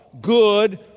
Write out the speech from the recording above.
good